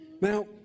Now